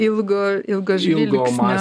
ilgo ilgo žvilgsnio